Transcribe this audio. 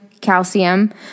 calcium